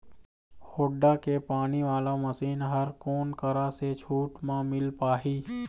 Honda के पानी वाला मशीन हर कोन करा से छूट म मिल पाही?